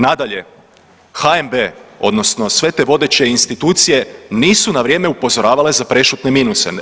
Nadalje, HNB odnosno sve te vodeće institucije nisu na vrijeme upozoravale za prešutne minuse.